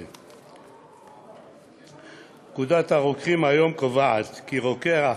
2017. פקודת הרוקחים היום קובעת כי רוקח